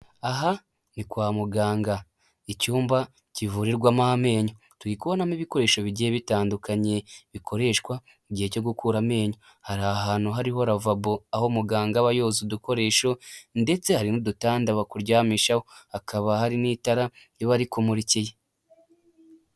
Aha ni kwa muganga icyumba kivurirwamo amenyo turi kubonamo ibikoresho bigiye bitandukanye bikoreshwa mu gihe cyo gukura amenyo. hari ahantu hari lavabo aho muganga aba yoza udukoresho ndetse hari n'udutanda bakuryamishaho, hakaba hari n'itara riba rikumurikiye..